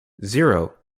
zero